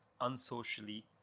unsocially